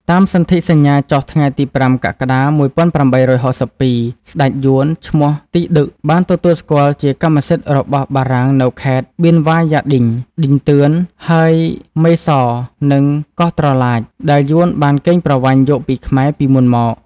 តាមសន្ធិសញ្ញាចុះថ្ងៃទី៥ កក្កដា ១៨៦២ ស្ដេចយួន ឈ្មោះ ទី ឌឹក បានទទួលស្គាល់ជាកម្មសិទ្ធិរបស់បារាំងនូវខេត្ត បៀនវ៉ាយ៉ាឌិញ ឌិញទឿន ហើយ មេសរនិងកោះត្រឡាច ដែលយួនបានកេងប្រវ័ញ្ចយកពីខ្មែរពីមុនមក។